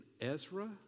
Ezra